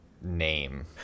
name